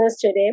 today